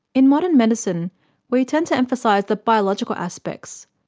in modern medicine we tend to emphasise the biological aspects,